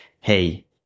Hey